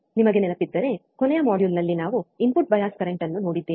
ನಿಮಗೆ ನೆನಪಿದ್ದರೆ ಕೊನೆಯ ಮಾಡ್ಯೂಲ್ನಲ್ಲಿ ನಾವು ಇನ್ಪುಟ್ ಬಯಾಸ್ ಕರೆಂಟ್ ಅನ್ನು ನೋಡಿದ್ದೇವೆ